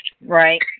Right